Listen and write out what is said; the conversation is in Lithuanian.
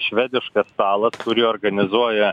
švediškas stalas kurį organizuoja